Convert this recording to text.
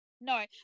No